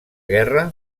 guerra